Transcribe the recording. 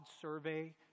survey